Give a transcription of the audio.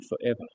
forever